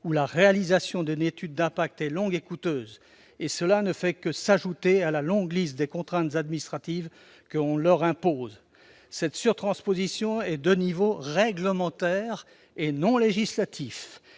où la réalisation d'une étude d'impact est longue et coûteuse. Cela ne fait que s'ajouter à la longue liste des contraintes administratives qu'on leur impose. Cette surtransposition est de niveau réglementaire et non législatif,